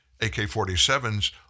AK-47s